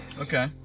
Okay